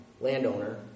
landowner